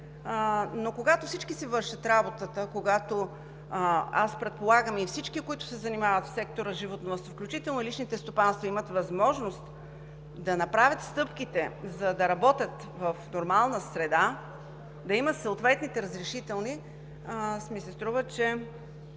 Но когато всички си вършат работата, когато, предполагам, и всички, които се занимават в сектора „Животновъдство“, включително и личните стопанства, имат възможност да направят стъпките, за да работят в нормална среда, да имат съответните разрешителни, ми се струва, че